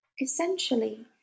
essentially